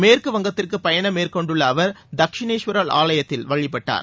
மேற்கு வங்கத்திற்கு பயனம் மேற்கொண்டுள்ள அவர் தக்ஷினேஸ்வர் ஆலயத்தில் வழிபட்டார்